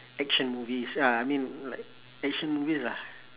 action movies uh I mean like action movies ah